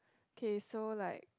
K so like